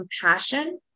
compassion